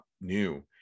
new